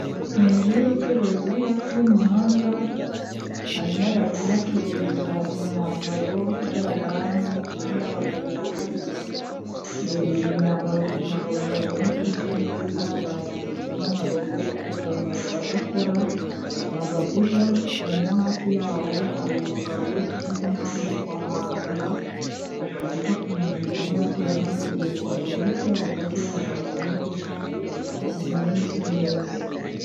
Ni inzu y'ubucuruzi iri hafi y'umuhanda, hanyuma bari kuhacururiza imyambaro y'abadamu n'iy'abagabo irahari, iyi myambaro kugira ngo abantu babone ko isa neza, bayambitse nk'amarobo ariko ayo marobo adakora, ntago abuja, hanyuma hafi yaho hari umugabo umeze nkaho aje kuhahahira, afite igikapu mu ntoki arimo aratera intambwe agiye kuhagera hirya y'aho gato yahaparitse imodoka. Ni imyenda isa neza.